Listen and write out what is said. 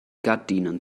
gardinen